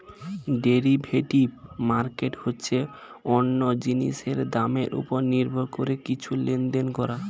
derivative market হচ্ছে অন্য জিনিসের দামের উপর নির্ভর করে কিছু লেনদেন করা